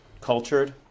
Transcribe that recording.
cultured